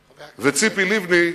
כך בלי סיבה?